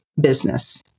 business